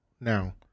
now